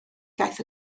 gaeth